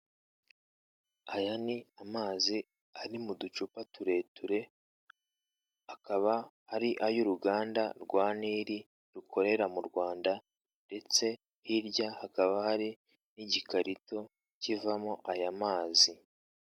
Aya ni amazi ari mu ducupa tureture, akaba ari ay'uruganda rwa Nili rukorera mu Rwanda; ndetse hirya hakaba hari n'igikarito kivamo aya mazi.